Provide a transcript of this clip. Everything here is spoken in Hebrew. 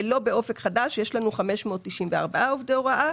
לא באופק חדש יש לנו 594 עובדי הוראה.